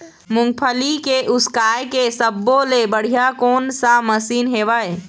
मूंगफली के उसकाय के सब्बो ले बढ़िया कोन सा मशीन हेवय?